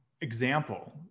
example